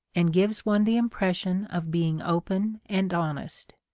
and gives one the impression of being open and honest.